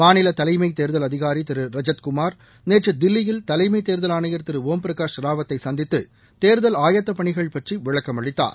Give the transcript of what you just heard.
மாநில தலைமை தேர்தல் அதிகாரி திரு ரஜத்குமார் நேற்று தில்லியில் தலைமை தேர்தல் ஆணையர் திரு ஒம் பிரகாஷ் ராவத்தை சந்தித்து தேர்தல் ஆயத்தப்பணிகள் பற்றி விளக்கம் அளித்தார்